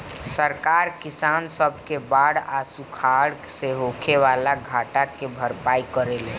सरकार किसान सब के बाढ़ आ सुखाड़ से होखे वाला घाटा के भरपाई करेले